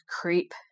creep